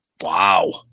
Wow